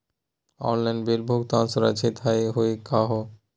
Online bill भुगतान सुरक्षित हई का हो?